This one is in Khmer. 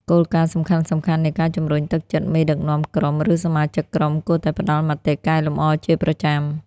គោលការណ៍សំខាន់ៗនៃការជំរុញទឹកចិត្តមេដឹកនាំក្រុម ឬសមាជិកក្រុមគួរតែផ្ដល់មតិកែលម្អជាប្រចាំ។